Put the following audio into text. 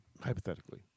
hypothetically